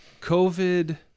COVID